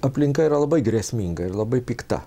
aplinka yra labai grėsminga ir labai pikta